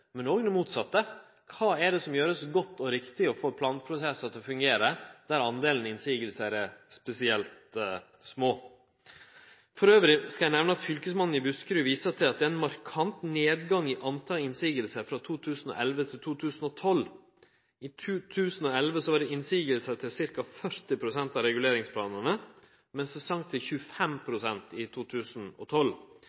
men òg det motsette: Kva vert gjort godt og riktig, og som får planprosessar til å fungere, der delen motsegner er spesielt låg? Eg skal også nemne at Fylkesmannen i Buskerud viser til at det er ein markant nedgang i talet på motsegner frå 2011 til 2012. I 2011 var det motsegner til ca. 40 pst. av reguleringsplanane, mens det sank til 25